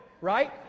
right